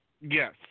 Yes